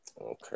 Okay